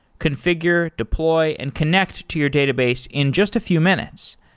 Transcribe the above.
configure, deploy and connect to your database in just a few minutes.